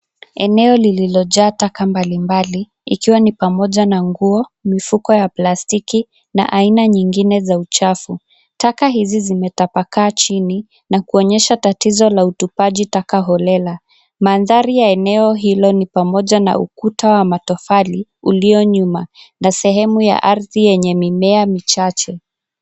Eneo lililojaa taka mbalimbali, ikiwa ni pamoja na nguo, mifuko ya plastiki na aina nyingine za uchafu. Taka hizi zimetapakaa chini na kuonyesha tatizo la utupaji taka holela. Mandhari ya eneo hilo ni pamoja na ukuta wa matofali ulio nyuma na sehemu ya ardhi yenye mimea michache.